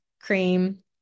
cream